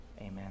Amen